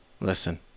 Listen